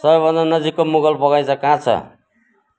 सबैभन्दा नजिकको मुगल बगैँचा कहाँ छ